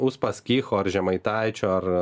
uspaskicho ar žemaitaičio ar